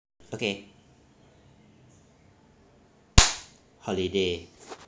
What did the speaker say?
okay holiday